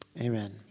amen